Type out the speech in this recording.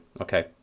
okay